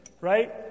Right